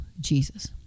jesus